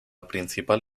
principal